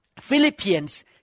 Philippians